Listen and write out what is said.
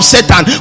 Satan